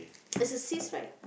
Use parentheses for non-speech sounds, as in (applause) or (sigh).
(noise) it's a cyst right